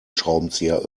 schraubenzieher